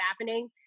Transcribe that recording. happening